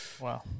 Wow